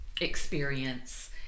experience